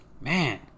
man